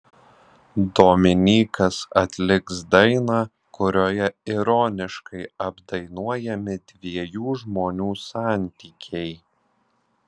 dominykas atliks dainą kurioje ironiškai apdainuojami dviejų žmonių santykiai